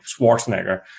Schwarzenegger